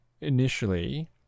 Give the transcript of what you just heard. initially